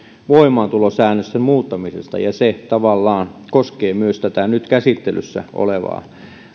voimaantulosäännösten muuttamisesta ja se tavallaan koskee myös tätä nyt käsittelyssä olevaa